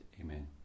Amen